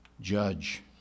judge